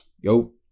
Yo